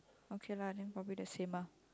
okay lah then probably the same ah